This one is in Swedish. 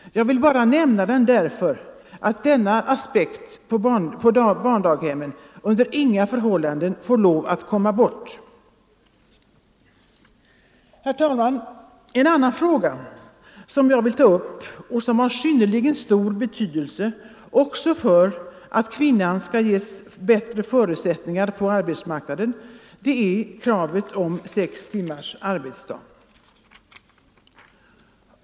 Jag vill bara nämna detta därför att denna aspekt på daghemmen under inga omständigheter får komma bort. Herr talman! En annan fråga som jag vill ta upp och som också har synnerligen stor betydelse för att kvinnan skall få bättre förutsättningar på arbetsmarknaden är kravet om sex timmars arbetsdag.